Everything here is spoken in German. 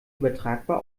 übertragbar